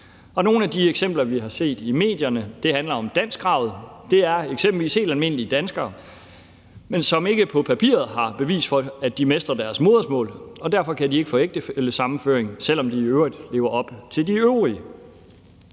Og nogle af de eksempler, vi har set i medierne, handler om danskkravet. Det er helt almindelige danskere, som ikke på papiret har bevis for, at de mestrer deres modersmål, og derfor kan de ikke få ægtefællesammenføring, selv om de i øvrigt lever op til de øvrige